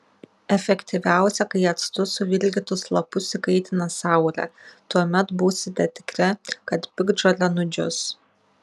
efektyviausia kai actu suvilgytus lapus įkaitina saulė tuomet būsite tikri kad piktžolė nudžius